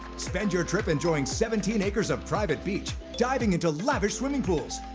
spend your trip enjoying seventeen acres of private beach, diving into lavish swimming pools,